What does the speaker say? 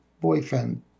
boyfriend